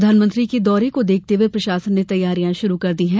प्रधानमंत्री के दौरे को देखते हुए प्रशासन ने तैयारियां शुरू कर दी है